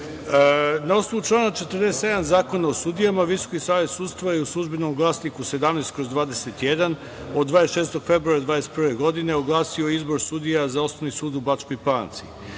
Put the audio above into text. osnovu člana 47. Zakon o sudijama, Visoki savet sudstva je u „Službenom glasniku 17/21“, od 26. februara 2021. godine, oglasio izbor sudija za Osnovni sud u Bačkoj Palanci.